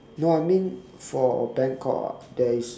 no I mean for bangkok ah there is